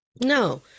No